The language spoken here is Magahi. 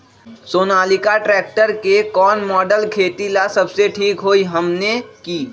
सोनालिका ट्रेक्टर के कौन मॉडल खेती ला सबसे ठीक होई हमने की?